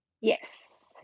Yes